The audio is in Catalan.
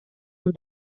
amb